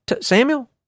Samuel